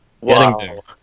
Wow